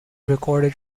recorded